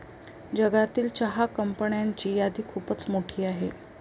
जगातील चहा कंपन्यांची यादी खूप मोठी आहे